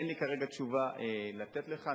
אין לי כרגע תשובה לתת לך.